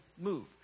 move